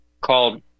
called